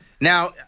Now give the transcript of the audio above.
Now